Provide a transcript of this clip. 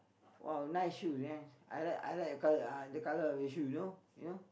!wow! nice shoes right I like I like your colour uh the colour of your shoes you know you know